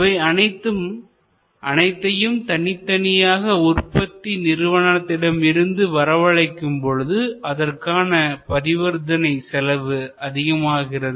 இவை அனைத்தையும் தனித்தனியாக உற்பத்தி நிறுவனத்திடமிருந்து வரவழைக்கும் பொழுது அதற்கான பரிவர்த்தனை செலவு அதிகமாகிறது